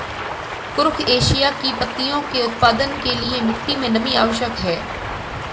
कुरुख एशिया की पत्तियों के उत्पादन के लिए मिट्टी मे नमी आवश्यक है